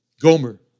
Gomer